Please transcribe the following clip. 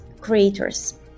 creators